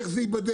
איך זה ייבדק.